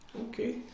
Okay